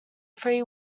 three